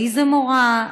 איזה מורה,